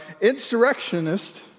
insurrectionist